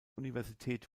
universität